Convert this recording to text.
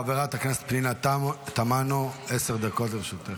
חברת הכנסת פנינה תמנו, עשר דקות לרשותך.